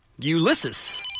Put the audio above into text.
Ulysses